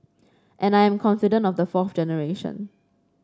and I'm confident of the fourth generation